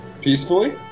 peacefully